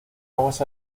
aguas